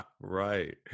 Right